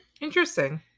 Interesting